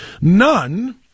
None